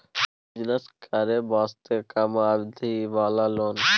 Business करे वास्ते कम अवधि वाला लोन?